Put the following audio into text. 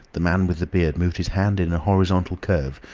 the man with the beard moved his hand in a horizontal curve,